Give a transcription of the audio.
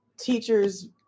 teachers